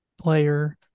player